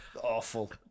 Awful